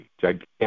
gigantic